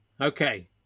Okay